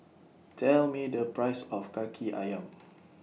Tell Me The Price of Kaki Ayam